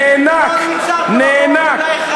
נאנק, נאנק, נאנק, נאנק.